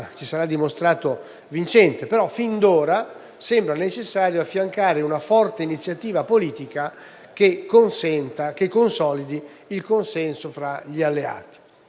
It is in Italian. si sarà dimostrato vincente: però fin d'ora sembra necessario affiancarvi una forte iniziativa politica che consolidi il consenso fra gli alleati.